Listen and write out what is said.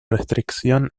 restricción